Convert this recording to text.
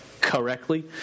correctly